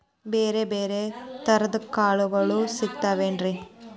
ಬ್ಯಾರೆ ಬ್ಯಾರೆ ತರದ್ ಕಾಳಗೊಳು ಸಿಗತಾವೇನ್ರಿ?